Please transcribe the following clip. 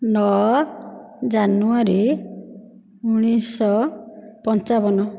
ନଅ ଜାନୁଆରୀ ଉଣେଇଶହ ପଞ୍ଚାବନ